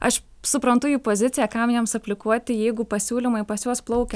aš suprantu jų poziciją kam jiems aplikuoti jeigu pasiūlymai pas juos plaukia